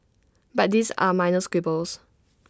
but these are minors quibbles